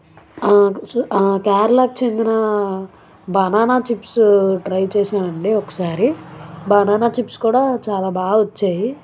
కేరళకి చెందిన banana chips try చేసాను అండి ఒకసారి బనానా చిప్స్ కూడా చాలా బాగా వచ్చాయి